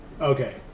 Okay